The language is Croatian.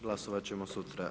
Glasovati ćemo sutra.